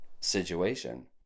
situation